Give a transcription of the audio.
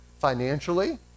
financially